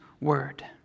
word